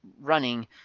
running